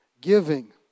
giving